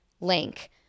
link